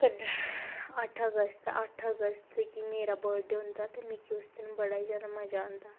कन्नै अट्ठ अगस्त अट्ठ अगस्त गी मेरा बर्थ डे होंदा ते मिगी बड़ा गै मज़ा आंदा